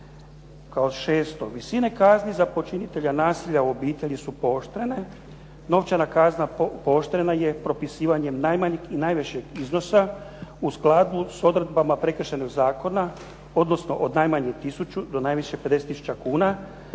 kao šesto. Visine kazni za počinitelja nasilja u obitelji su pooštrene. Novčana kazna pooštrena je propisivanjem najmanjeg i najvećeg iznosa u skladu sa odredbama Prekršajnog zakona, odnosno od najmanje 1000 do najviše 50000 kuna,